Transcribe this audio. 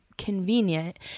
convenient